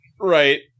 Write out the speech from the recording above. Right